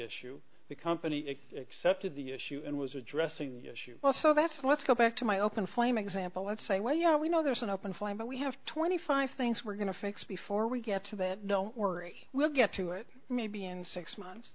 issue become pany it excepted the issue and was addressing the issue well so that's a let's go back to my open flame example let's say well yeah we know there's an open flame but we have twenty five things we're going to fix before we get to that don't worry we'll get to it maybe in six months